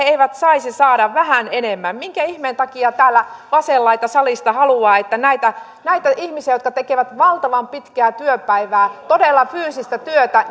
eivät saisi saada vähän enemmän minkä ihmeen takia täällä vasen laita salista haluaa että näitä ihmisiä jotka tekevät valtavan pitkää työpäivää todella fyysistä työtä